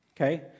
Okay